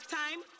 time